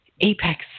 apex